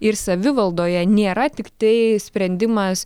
ir savivaldoje nėra tiktai sprendimas